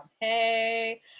Hey